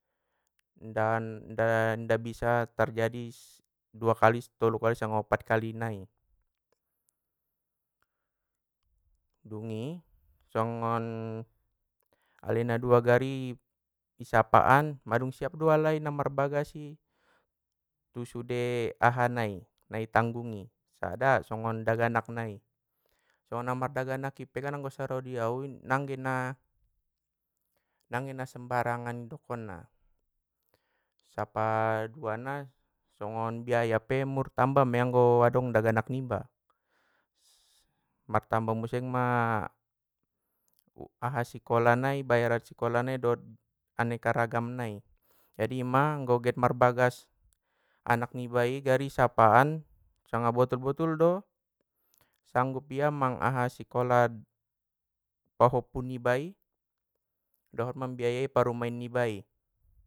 Dan inda bisa terjadi dua kali tolu kali sanga opat kali nai. Dungi songon alai na dua gari, i sapaan mandung siap do alai na marbagas i, tu sude aha nai na i tanggungg i sada, songgon daganak nai, songon na mar daganak i pe kan saro dia au nangge na- nangge na sembarangan dokonna, sapaduana songon biaya pe murtamba do adong daganak niba martamba muse ma aha sikola nai bayar sikola nai dohot aneka ragam nai jadi ima anggo get marbagas anak niba i gari sapaan, sanga botul botul do sanggup ia mang aha i sikola i pahoppu nibai dohot mambiayai parumaen nibai.